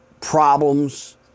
problems